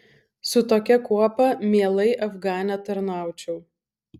su tokia kuopa mielai afgane tarnaučiau